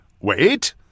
Wait